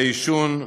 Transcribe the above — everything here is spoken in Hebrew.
לעישון,